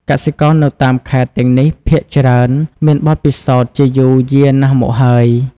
កសិករនៅតាមខេត្តទាំងនេះ ភាគច្រើនមានបទពិសោធន៍ជាយូរយារណាស់មកហើយ។